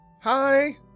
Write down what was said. Hi